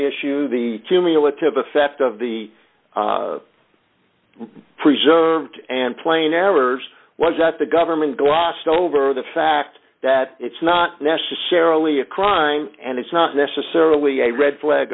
issues the cumulative effect of the preserved and plain errors was that the government glossed over the fact that it's not necessarily a crime and it's not necessarily a red flag